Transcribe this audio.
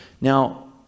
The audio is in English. Now